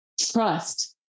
Trust